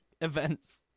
events